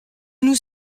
nous